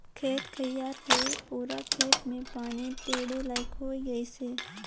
खेत खायर के पूरा खेत मे पानी टेंड़े लईक होए गइसे